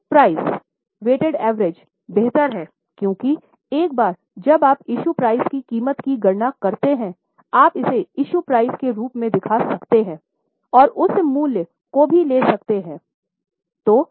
issue price weighted average बेहतर है क्योंकि एक बार जब आप इशू प्राइस की कीमत की गणना करते हैं आप इसे इशू प्राइस के रूप में दिखा सकते हैं और उस मूल्य को भी ले सकते हैं